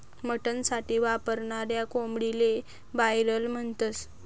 mutton साठी वापरनाऱ्या कोंबडीले बायलर म्हणतस